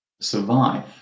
survive